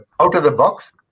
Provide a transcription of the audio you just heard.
out-of-the-box